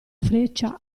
freccia